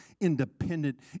independent